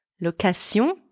Location